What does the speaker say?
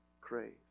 crave